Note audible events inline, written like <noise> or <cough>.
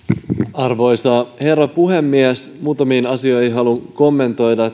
arvoisa herra puhemies muutamiin asioihin haluan kommentoida <unintelligible>